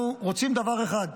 אנחנו רוצים דבר אחד,